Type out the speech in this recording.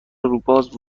روباز